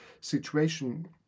situation